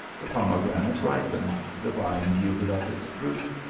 the pomegranate ripened, the vine yielded up its fruit,